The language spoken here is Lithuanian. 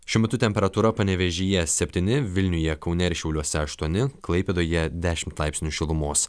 šiuo metu temperatūra panevėžyje septyni vilniuje kaune ir šiauliuose aštuone klaipėdoje dešimt laipsnių šilumos